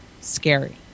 scary